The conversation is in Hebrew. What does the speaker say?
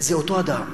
זה אותו אדם.